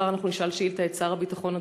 מחר אנחנו נשאל שאילתה את שר הביטחון,